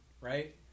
right